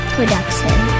Production